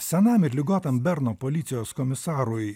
senam ir ligotam berno policijos komisarui